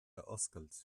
oscailt